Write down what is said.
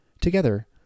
Together